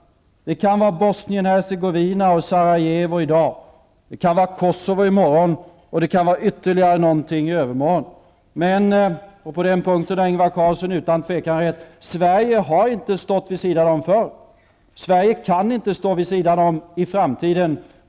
Det kan vara Bosnien-Hercegovina och Sarajevo i dag, det kan vara Kosovo i morgon och det kan vara ytterligare någonting i övermorgon. Men -- på den punkten har Ingvar Carlsson utan tvivel rätt -- Sverige har inte stått vid sidan om förr. Sverige kan inte stå vid sidan om i framtiden.